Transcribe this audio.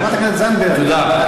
חברת הכנסת זנדברג, תודה.